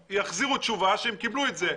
יחזירו תשובה ויאמרו שהם קיבלו את זה.